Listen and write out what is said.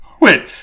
Wait